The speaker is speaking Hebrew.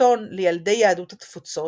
עיתון לילדי יהדות התפוצות,